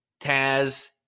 Taz